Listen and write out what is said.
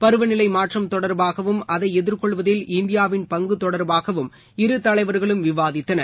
பருவநிலை மாற்றம் தொடர்பாகவும் அதை எதிர்கொள்வதில் இந்தியாவின் பங்கு தொடர்பாகவும் இரு தலைவர்களும் விவாதித்தனர்